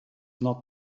not